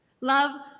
Love